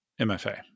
MFA